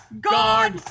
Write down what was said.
guard